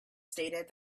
stated